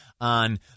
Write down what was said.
on